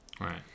Right